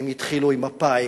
הם התחילו עם מפא"י,